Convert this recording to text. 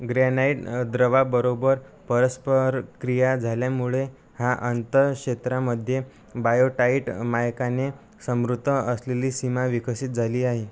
granite द्रवाबरोबर परस्परक्रिया झाल्यामुळे हा अंतर्क्षेत्रामध्ये बायोटाईट मायकाने समृद्ध असलेली सीमा विकसित झाली आहे